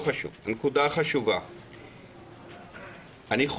אני מבין.